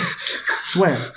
Swear